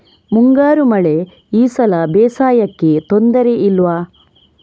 ಮುಂಗಾರು ಮಳೆ ಈ ಸಲ ಬೇಸಾಯಕ್ಕೆ ತೊಂದರೆ ಇಲ್ವ?